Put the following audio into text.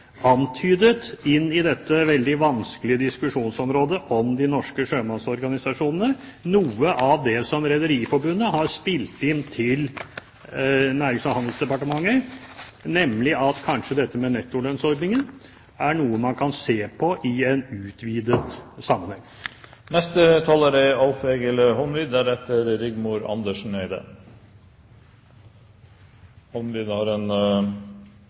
antydet, inn i dette veldig vanskelige diskusjonsområdet om de norske sjømannsorganisasjonene, noe av det som Rederiforbundet har spilt inn til Nærings- og handelsdepartementet, nemlig at kanskje dette med nettolønnsordningen er noe man kan se på i en utvidet sammenheng. Det er eit viktig spørsmål interpellanten tek opp. NIS er